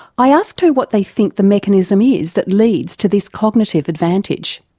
i asked her what they think the mechanism is that leads to this cognitive advantage.